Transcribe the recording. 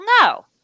no